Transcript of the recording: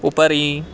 उपरि